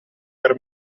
per